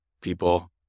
people